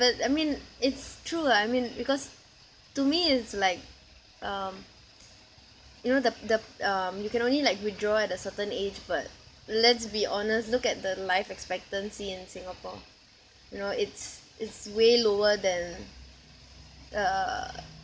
but I mean it's true lah I mean because to me it's like um you know the the um you can only like withdraw at a certain age but let's be honest look at the life expectancy in Singapore you know it's it's way lower than uh